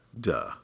Duh